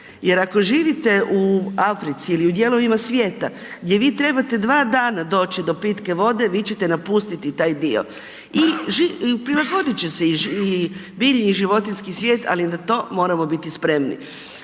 jer ako živite u Africi ili u dijelovima svijeta gdje vi trebate dva dana doći do pitke vode, vi ćete napustiti taj dio i prilagodit će se i biljni, i životinjski svijet, ali na to moramo biti spremni.